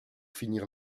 finir